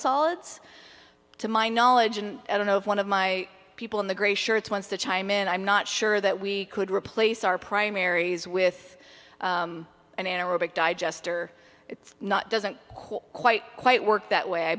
solids to my knowledge and i don't know if one of my people in the gray shirts wants to chime in i'm not sure that we could replace our primaries with an anaerobic digester it's not doesn't quite quite work that way i